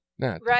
Right